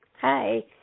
Hi